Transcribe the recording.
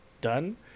done